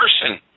person